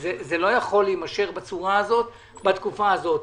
זה לא יכול להימשך בצורה הזאת בתקופה הזאת.